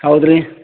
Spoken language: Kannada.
ಹೌದು ರೀ